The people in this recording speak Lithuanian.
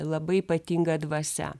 labai ypatinga dvasia